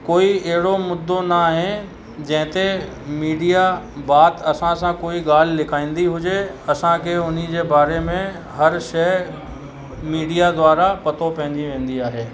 कोई अहिड़ो मुद्दो न आहे जंहिं ते मीडिया बात असां सां कोई ॻाल्हि लिकाईंदी हुजे असांखे हुनजे बारे में हर शइ मीडिया द्वारा पतो पेई वेंदी आहे